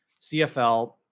cfl